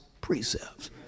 precepts